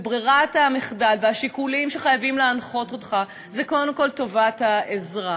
ברירת המחדל והשיקולים שחייבים להנחות אותך הם קודם כול טובת האזרח.